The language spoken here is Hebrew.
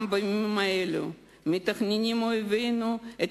גם בימים האלה מתכננים אויבינו את